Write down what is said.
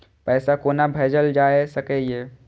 पैसा कोना भैजल जाय सके ये